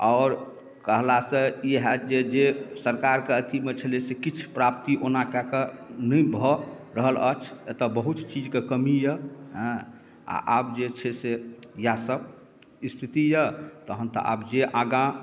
आओर कहला सॅं ई होयत जे जे सरकारके अथिमे छेलै से किछु प्राप्ति ओना कएके नहि भऽ रहल अछि एतौ बहुत चीजके कमी अछि एँ आ आब जे छै से इएह सभ स्थिति इएह तहन तऽ आब जे आगाँ